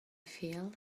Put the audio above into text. feel